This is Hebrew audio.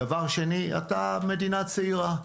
דבר שני, אתה מדינה צעירה.